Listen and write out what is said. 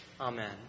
Amen